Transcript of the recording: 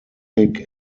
thick